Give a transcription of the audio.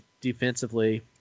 defensively